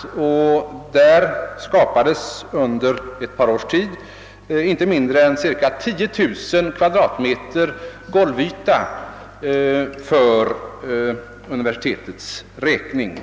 På ett par år fick man inte mindre än cirka 10 000 m? golvyta för universitetets räkning.